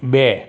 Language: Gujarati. બે